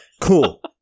Cool